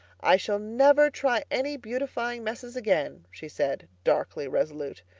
i shall never try any beautifying messes again, she said, darkly resolute.